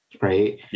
right